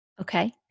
Okay